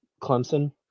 Clemson